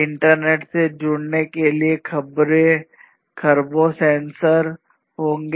internet से जुड़ने के लिए खरबों सेंसर होंगे